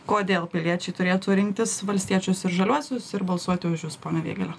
kodėl piliečiai turėtų rinktis valstiečius ir žaliuosius ir balsuoti už jus pone vėgėle